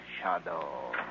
Shadow